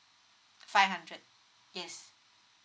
five hundred yes